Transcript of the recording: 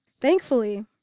Thankfully